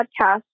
podcast